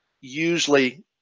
usually